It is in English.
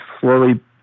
slowly